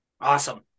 Awesome